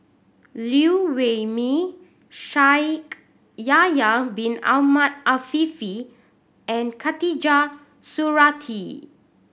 Liew Wee Mee Shaikh Yahya Bin Ahmed Afifi and Khatijah Surattee